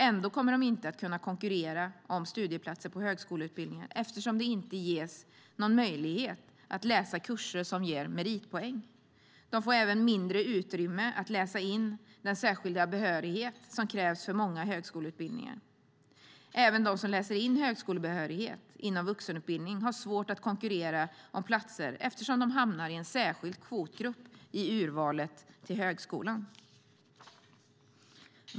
Ändå kommer de inte att kunna konkurrera om studieplatser på högskoleutbildningar eftersom de inte ges någon möjlighet att läsa kurser som ger meritpoäng. De får även mindre utrymme att läsa in den särskilda behörighet som krävs för många högskoleutbildningar. Även de som läser in högskolebehörighet inom vuxenutbildningen får svårt att konkurrera om platser eftersom de hamnar i en särskild kvotgrupp i urvalet till högskolan.